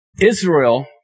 Israel